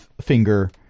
finger